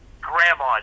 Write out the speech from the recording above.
grandma